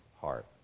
heart